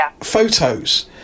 photos